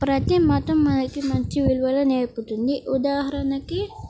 ప్రతి మతం మనకి మంచి విలువలు నేర్పుతుంది ఉదాహరణకి